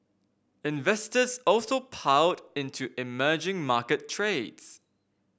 investors also piled into emerging market trades